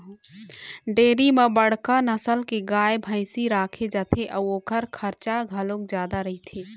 dairy म बड़का नसल के गाय, भइसी राखे जाथे अउ ओखर खरचा घलोक जादा रहिथे